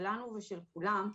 שלנו ושל כולם,